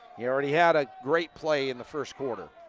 he already had a great play in the first quarter.